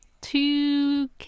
Two